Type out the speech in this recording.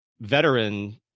veteran